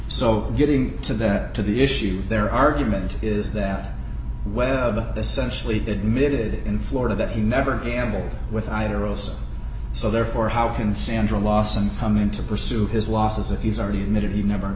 so getting to that to the issue their argument is that webb essentially admitted in florida that he never gamble with either of us so therefore how can sandra lawson come in to pursue his losses if he's already admitted he never